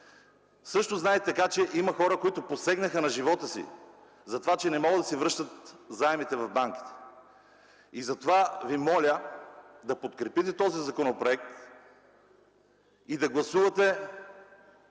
също така, че има хора, които посегнаха на живота си за това, че не могат да си връщат заемите в банките. Моля ви да подкрепите този законопроект и да гласувате